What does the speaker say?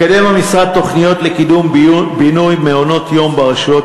מקדם המשרד תוכניות לקידום בינוי מעונות-יום ברשויות